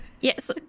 yes